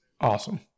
awesome